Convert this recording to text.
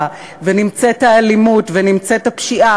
פשיעה ואל מול השאיפה והתפקיד שלה לעשות סדר,